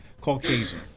Caucasian